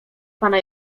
pana